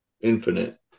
infinite